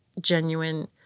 genuine